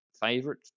favorite